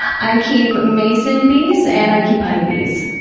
i keep mason bees and i keep honey bees.